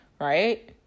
right